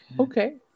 Okay